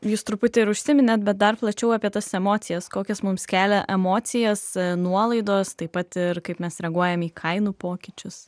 jūs truputį ir užsiminėt bet dar plačiau apie tas emocijas kokias mums kelia emocijas nuolaidos taip pat ir kaip mes reaguojam į kainų pokyčius